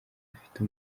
ahafite